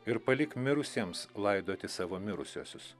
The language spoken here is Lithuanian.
ir palik mirusiems laidoti savo mirusiuosius